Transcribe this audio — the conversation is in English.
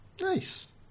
Nice